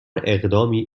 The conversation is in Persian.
اقدامی